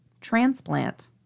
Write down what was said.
transplant